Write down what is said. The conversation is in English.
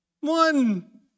One